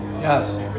Yes